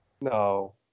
No